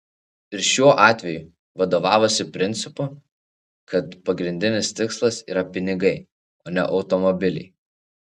ir šiuo atveju vadovavosi principu kad pagrindinis tikslas yra pinigai o ne automobiliai